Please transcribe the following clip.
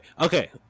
Okay